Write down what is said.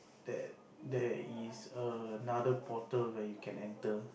that there is another portal where you can enter